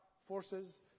forces